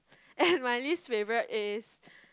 and my least favourite is